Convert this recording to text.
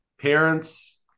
Parents